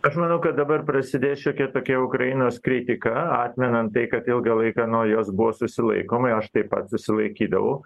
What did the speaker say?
aš manau kad dabar prasidės šiokia tokia ukrainos kritika atmenant tai kad ilgą laiką nuo jos buvo susilaikoma aš taip pat susilaikydavau